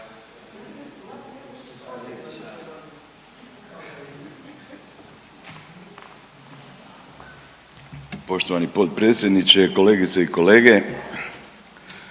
Poštovani potpredsjedniče, kolegice i kolege